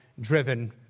driven